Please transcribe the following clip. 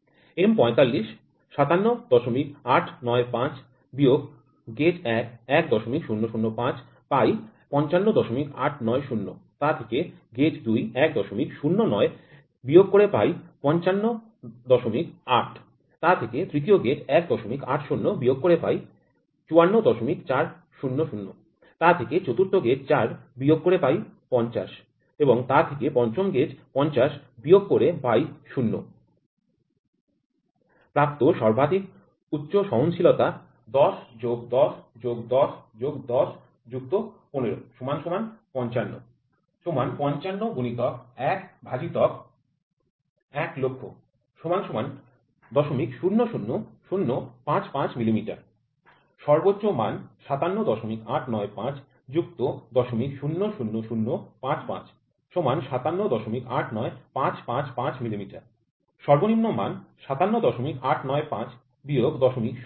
M ৪৫ ৫৭৮৯৫ ১০০৫ G১ ৫৫৮৯০ ১০৯০ G২ ৫৫৮০০ ১৮০০ G৩ ৫৪৪০০ ৪০০০ G৪ ৫০০০০ ৫০০০০ G৫ ০০০০০ প্রাপ্ত সর্বাধিক উচ্চ সহনশীলতা ১০ ১০ ১০ ১০ ১৫ ৫৫ ৫৫ × ১১০০০০০ ০০০০৫৫ মিমি সর্বোচ্চ মান ৫৭৮৯৫ ০০০০৫৫ ৫৭৮৯৫৫৫ মিমি সর্বনিম্ন মান ৫৭৮৯৫ ০০০০৫৫